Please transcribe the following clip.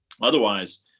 Otherwise